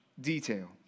detail